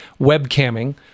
webcamming